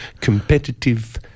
Competitive